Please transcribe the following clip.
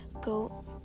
go